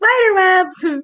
spiderwebs